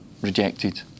rejected